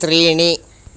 त्रीणि